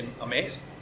amazing